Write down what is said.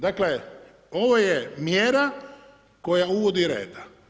Dakle ovo je mjera koja uvodi reda.